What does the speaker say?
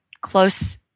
close